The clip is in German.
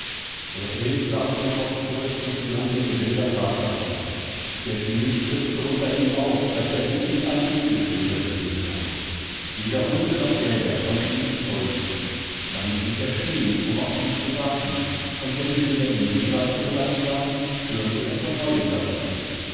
der elch warf den kopf zurück und stürmte in wilder fahrt davon der schnee spritzte unter ihm auf daß er wie in ein schneegestöber gehüllt war wederhundenochjägerkonntenihmfolgen dannblieberstehen umaufsie zu warten und wenn sie wieder in sehweite gelangt waren stürmte er von neuem davon